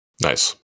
nice